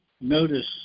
Notice